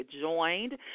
joined